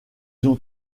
ont